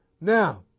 Now